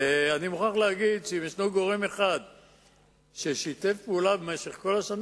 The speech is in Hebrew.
אני מוכרח להגיד שאם יש גורם אחד ששיתף פעולה במשך כל השנה,